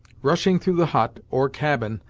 rushing through the hut, or cabin,